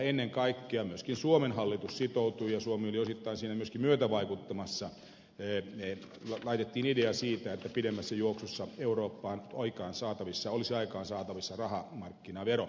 ennen kaikkea myöskin suomen hallitus sitoutui siihen ja suomi oli osittain siinä myöskin myötävaikuttamassa että laitettiin idea siitä että pidemmässä juoksussa eurooppaan olisi aikaansaatavissa rahamarkkinavero